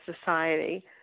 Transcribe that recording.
society